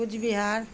Cooch Behar